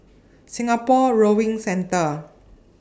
Singapore Rowing Centre